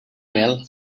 mel